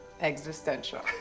Existential